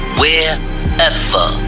wherever